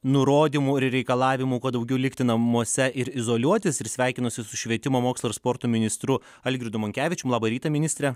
nurodymų ir reikalavimų kuo daugiau likti namuose ir izoliuotis ir sveikinuosi su švietimo mokslo ir sporto ministru algirdu monkevičium laba ryta ministre